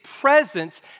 presence